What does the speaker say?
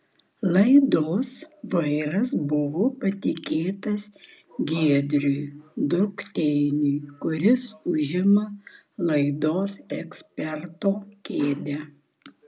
laidos vairas buvo patikėtas giedriui drukteiniui kuris užima laidos eksperto kėdę